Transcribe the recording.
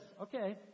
okay